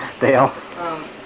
Dale